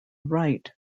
right